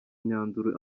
myanzuro